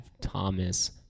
Thomas